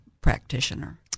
practitioner